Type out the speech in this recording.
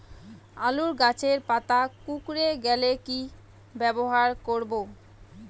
আলুর গাছের পাতা কুকরে গেলে কি ব্যবহার করব?